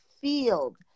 field